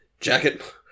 Jacket